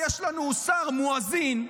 יש לנו שר מואזין,